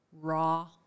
raw